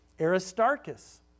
Aristarchus